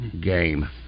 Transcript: game